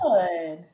Good